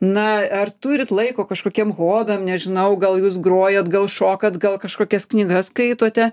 na ar turit laiko kažkokiem hobiam nežinau gal jūs grojat gal šokat gal kažkokias knygas skaitote